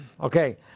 Okay